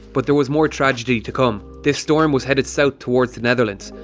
but there was more tragedy to come, this storm was headed south towards the netherlands,